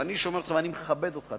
ואני שומע אותך ואני מכבד אותך,